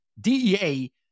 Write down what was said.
DEA